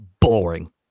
boring